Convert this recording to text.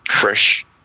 Fresh